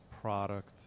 product